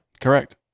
Correct